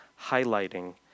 highlighting